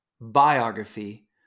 biography